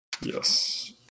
Yes